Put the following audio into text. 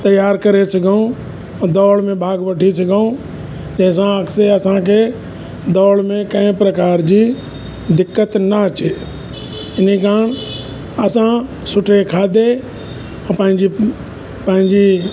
तयार करे सघूं दौड़ में भाग वठी सघूं जंहिंसां अॻिते असांखे दौड़ में कंहिं प्रकार जी दिक़तु न अचे इन कारण असां सुठे खाधे पंहिंजी पंहिंजी